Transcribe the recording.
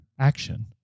action